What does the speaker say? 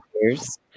years